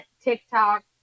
TikTok